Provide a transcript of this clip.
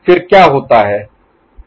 फिर क्या होता है